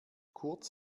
kurz